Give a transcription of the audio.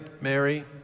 Mary